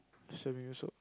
so you also